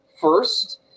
first